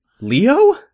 Leo